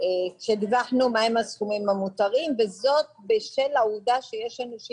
שדיווחנו בהם מה הסכומים המותרים וזאת בשל העובדה שיש אנשים